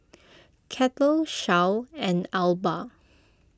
Kettle Shell and Alba